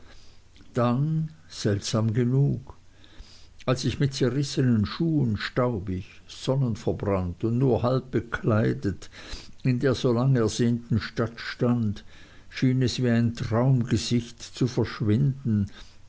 dann seltsam genug als ich mit zerrissenen schuhen staubig sonnverbrannt und nur halb bekleidet in der so langersehnten stadt stand schien es wie ein traumgesicht zu verschwinden